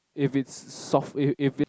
if it's soft if if it's